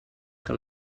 que